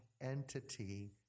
entity